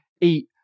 eat